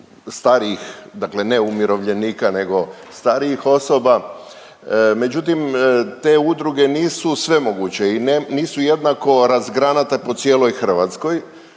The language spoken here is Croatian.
ne umirovljenika nego starijih osoba. Međutim, te udruge nisu svemoguće i nisu jednako razgranate po cijeloj Hrvatskoj,